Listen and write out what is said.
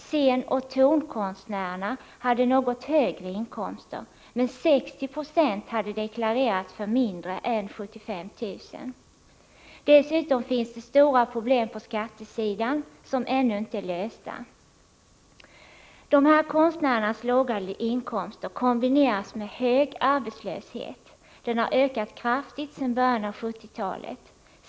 Scenoch tonkonstnärerna hade något större inkomster. Men 60 96 hade deklarerat för mindre än 75 000 kr. Dessutom finns det stora problem på skattesidan, som ännu inte är lösta. Konstnärernas låga inkomster kombineras med hög arbetslöshet. Den har ökat kraftigt sedan början av 1970-talet.